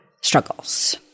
struggles